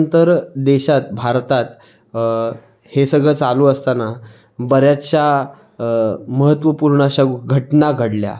त्यानंतर देशात भारतात हे सगळं चालू असताना बऱ्याचशा महत्त्वपूर्ण अशा घटना घडल्या